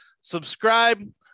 Subscribe